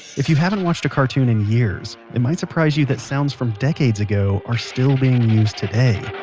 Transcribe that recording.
if you haven't watched a cartoon in years, it might surprise you that sounds from decades ago are still being used today